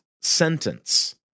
sentence